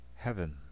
heaven